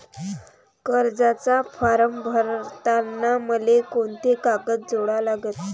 कर्जाचा फारम भरताना मले कोंते कागद जोडा लागन?